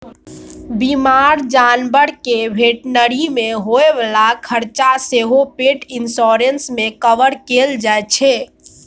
बीमार जानबरक भेटनरी मे होइ बला खरचा सेहो पेट इन्स्योरेन्स मे कवर कएल जाइ छै